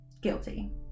Guilty